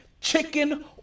chicken